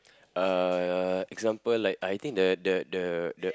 uh example like I think the the the the